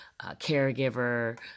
caregiver